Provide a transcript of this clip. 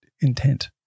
intent